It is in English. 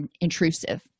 intrusive